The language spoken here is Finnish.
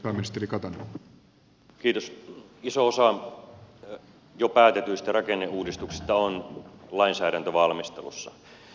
iso osa jo päätetyistä rakenneuudistuksista on lainsäädäntövalmistelussa